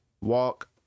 walk